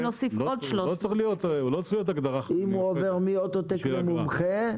אם הוא עובר מאוטו-טק למוסך מומחה,